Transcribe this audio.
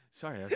Sorry